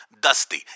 Dusty